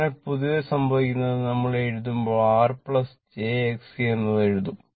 അതിനാൽ പൊതുവെ സംഭവിക്കുന്നത് നമ്മൾ എഴുതുമ്പോൾ R j Xc എന്ന് എഴുതും